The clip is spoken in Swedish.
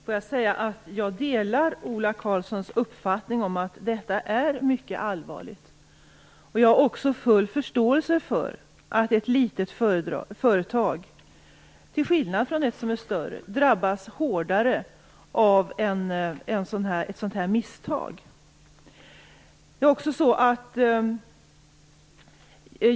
Fru talman! Jag delar Ola Karlssons uppfattning om att det är mycket allvarligt. Jag har också full förståelse för att ett litet företag, till skillnad från ett som är större, drabbas hårdare av ett sådant misstag.